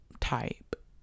type